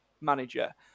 manager